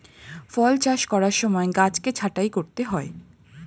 ফল চাষ করার সময় গাছকে ছাঁটাই করতে হয়